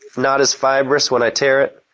not as fibrous when i tear it